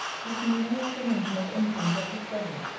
gives me no apprehension of any thing but discovery.